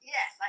Yes